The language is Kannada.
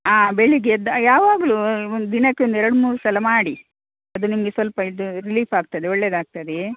ಹಾಂ ಬೆಳಿಗ್ಗೆ ಎದ್ದು ಯಾವಾಗಲೂ ಒಂದು ದಿನಕ್ಕೆ ಒಂದು ಎರಡು ಮೂರು ಸಲ ಮಾಡಿ ಅದು ನಿಮಗೆ ಸ್ವಲ್ಪ ಇದು ರಿಲೀಫ್ ಆಗ್ತದೆ ಒಳ್ಳೇದಾಗ್ತದೆ